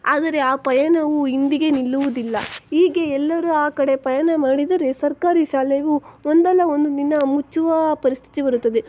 ಆದರೆ ಆ ಪಯಣವು ಇಂದಿಗೆ ನಿಲ್ಲುವುದಿಲ್ಲ ಹೀಗೆ ಎಲ್ಲರೂ ಆ ಕಡೆ ಪಯಣ ಮಾಡಿದರೆ ಸರ್ಕಾರಿ ಶಾಲೆಯು ಒಂದಲ್ಲ ಒಂದು ದಿನ ಮುಚ್ಚುವ ಪರಿಸ್ಥಿತಿ ಬರುತ್ತದೆ